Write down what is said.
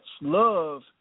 love